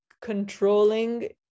controlling